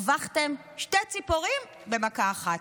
הרווחתם שתי ציפורים במכה אחת.